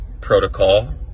protocol